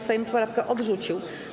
Sejm poprawkę odrzucił.